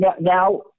now